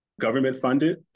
government-funded